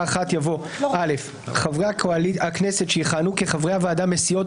(1) יבוא: "(1) (א)חברי הכנסת שיכהנו כחברי הוועדה מסיעות